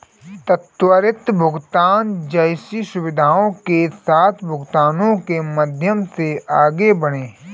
त्वरित भुगतान जैसी सुविधाओं के साथ भुगतानों के माध्यम से आगे बढ़ें